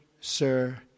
sir